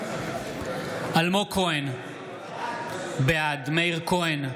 אלמוג כהן, בעד מאיר כהן,